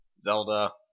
Zelda